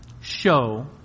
show